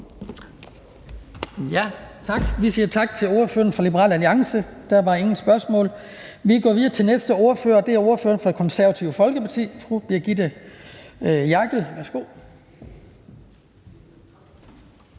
Vi siger tak til ordføreren for Liberal Alliance. Der var ingen spørgsmål. Vi går videre til næste ordfører. Det er ordføreren for Det Konservative Folkeparti, fru Brigitte Klintskov